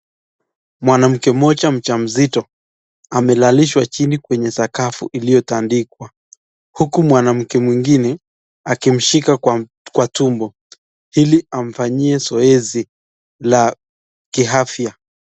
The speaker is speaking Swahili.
Mwanamke moja mjamzito, amelalashwa chini kwenye sakafu, iliyotaandikwa huku mwanamke mwingine akimshika kwa tumbo, ili amfanyie zoezi la kiafya.